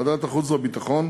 בוועדת החוץ והביטחון,